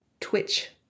Twitch